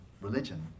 religion